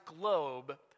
globe